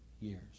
years